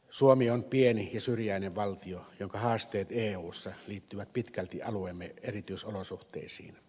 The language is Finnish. suomi on pieni ja syrjäinen valtio jonka haasteet eussa liittyvät pitkälti alueemme erityisolosuhteisiin